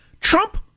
Trump